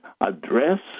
address